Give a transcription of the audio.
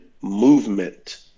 movement